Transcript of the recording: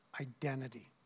Identity